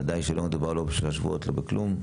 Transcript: ודאי שלא מדובר לא בשלושה שבועות, לא בכלום.